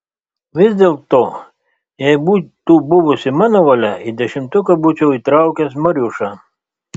vis dėlto jei būtų buvusi mano valia į dešimtuką būčiau įtraukęs mariušą